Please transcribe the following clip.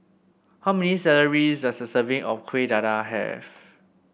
how many does a serving of Kueh Dadar have